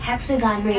Hexagon